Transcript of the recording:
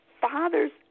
Fathers